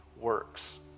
works